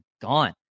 gone